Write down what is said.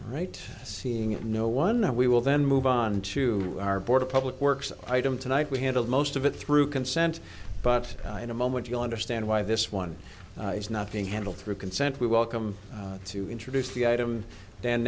right seeing no one then we will then move on to our board of public works item tonight we handled most of it through consent but in a moment you'll understand why this one is not being handled through consent we welcome to introduce the item